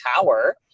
power